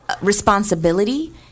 responsibility